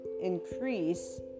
increase